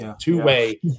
two-way